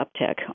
uptick